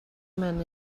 man